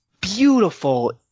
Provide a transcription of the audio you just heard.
beautiful